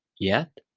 yet,